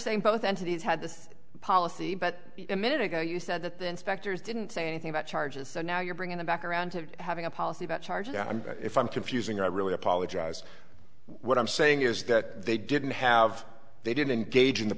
saying both entities had this policy but a minute ago you said that the inspectors didn't say anything about charges so now you're bringing them back around to having a policy about charging i'm if i'm confusing i really apologize what i'm saying is that they didn't have they didn't engage in the